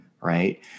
right